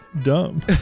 dumb